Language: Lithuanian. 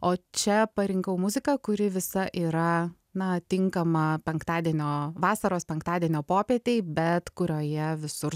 o čia parinkau muziką kuri visa yra na tinkama penktadienio vasaros penktadienio popietei bet kurioje visur